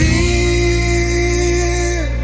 Fear